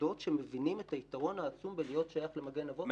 מוסדות שמבינים את היתרון העצום בלהיות שייך ל"מגן אבות ואימהות".